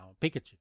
Pikachu